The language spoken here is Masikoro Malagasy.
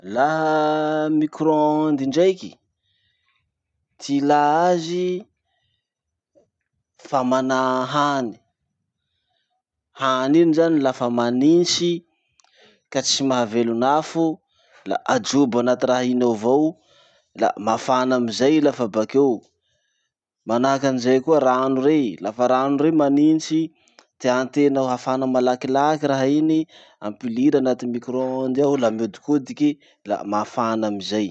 Laha micro-ondes ndraiky, ty ilà azy, famanà hany. Hany iny zany lafa manitsy ka tsy mahavelon'afo, la ajobo anaty raha iny ao avao, la mafana amizay i lafa bakeo. Manahaky anizay koa rano rey, lafa rano rey manitsy, tiantena hafana malakilaky raha iny, ampiliry anaty micro-ondes ao la miodikodiky la mafana amizay.